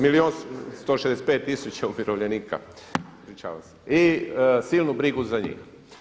Milijun 165 tisuća umirovljenika, ispričavam se i silnu brigu za njih.